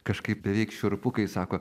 kažkaip beveik šiurpu kai sako